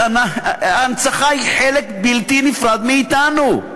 ההנצחה היא חלק בלתי נפרד מאתנו,